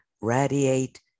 radiate